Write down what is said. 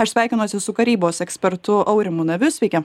aš sveikinuosi su karybos ekspertu aurimu naviu sveiki